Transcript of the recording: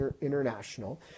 International